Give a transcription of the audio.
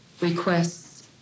requests